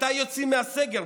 מתי יוצאים מהסגר?